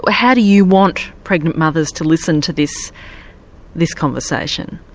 ah how do you want pregnant mothers to listen to this this conversation?